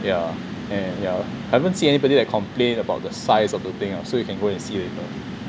ya and ya I haven't see anybody like complain about the size of the thing so you can go and see later